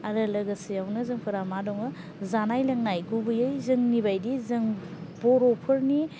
आरो लोगोसेयावनो जोंफोरा मा दङ जानाय लोंनाय गुबैयै जोंनि बायदि जों बर'फोरनि